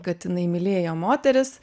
kad jinai mylėjo moteris